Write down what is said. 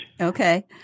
Okay